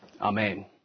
Amen